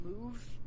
move